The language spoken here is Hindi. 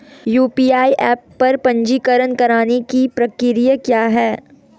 यू.पी.आई ऐप पर पंजीकरण करने की प्रक्रिया क्या है?